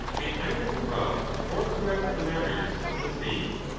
may either corrupt or correct the manners of the state.